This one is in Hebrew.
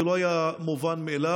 זה לא היה מובן מאליו.